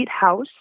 house